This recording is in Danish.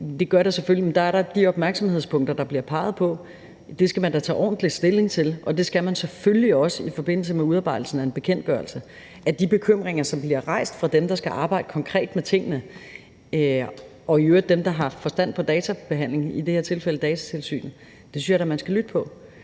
det gør det selvfølgelig – og dér er der de opmærksomhedspunkter, der bliver peget på. Det skal man da tage ordentligt stilling til, og det skal man selvfølgelig også i forbindelse med udarbejdelsen af en bekendtgørelse, hvor jeg da synes, at man skal lytte til de bekymringer, som bliver rejst fra dem, der skal arbejde konkret med tingene, og i øvrigt dem, der har forstand på databehandling – i det her tilfælde Datatilsynet. Så jeg tror, at den